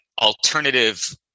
alternative